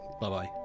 bye-bye